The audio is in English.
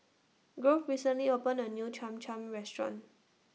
Grove recently opened A New Cham Cham Restaurant